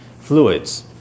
fluids